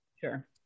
Sure